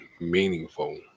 meaningful